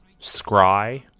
scry